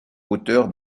auteur